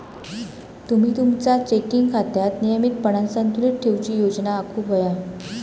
तुम्ही तुमचा चेकिंग खात्यात नियमितपणान संतुलन ठेवूची योजना आखुक व्हया